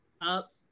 up